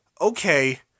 okay